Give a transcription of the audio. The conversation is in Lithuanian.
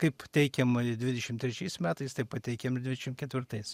kaip teikėm dvidešim trečiais metais taip pateikėm ir dvidešim ketvirtais